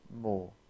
more